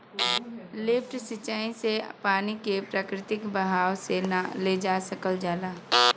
lift सिंचाई से पानी के प्राकृतिक बहाव से ना ले जा सकल जाला